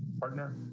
partner